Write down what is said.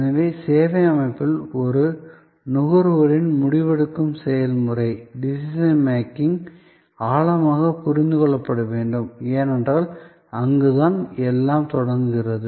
எனவே சேவை அமைப்பில் ஒரு நுகர்வோரின் முடிவெடுக்கும் செயல்முறை ஆழமாக புரிந்து கொள்ளப்பட வேண்டும் ஏனென்றால் அங்குதான் எல்லாம் தொடங்குகிறது